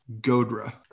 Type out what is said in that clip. Godra